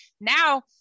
Now